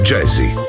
Jazzy